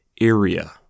area